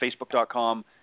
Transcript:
facebook.com